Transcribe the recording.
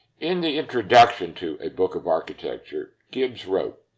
in the introduction to a book of architecture, gibbs wrote,